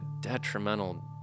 detrimental